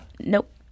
Nope